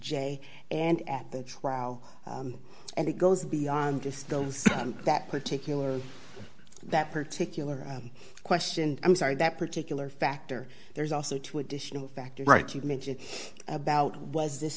j and at the trial and it goes beyond just those that particular that particular question i'm sorry that particular factor there's also two additional factors right you mentioned about was this